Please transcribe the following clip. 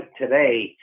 today